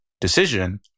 decision